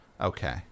Okay